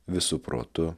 visu protu